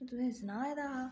में तुसेंगी सनाए दा हा